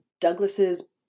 Douglas's